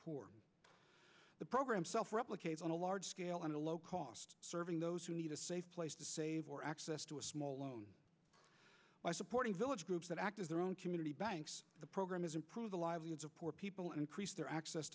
poor the program self replicate on a large scale and to low cost serving those who need a safe place to save or access to a small loan by supporting village groups that act as their own community banks the program is improve the livelihoods of poor people and increase their access